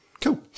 cool